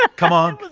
ah come on.